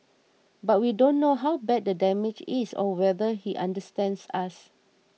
but we don't know how bad the damage is or whether he understands us